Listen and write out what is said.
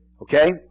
Okay